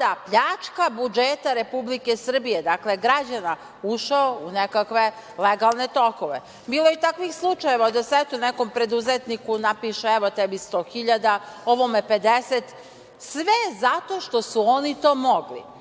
je „pljačka budžeta Republike Srbije“, građana ušao u nekakve legalne tokove. Bilo je i takvih slučajeva da se nekom preduzetniku napiše – evo tebi 100.000, ovome 50.000, sve zato što su oni to mogli.